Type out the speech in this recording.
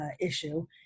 issue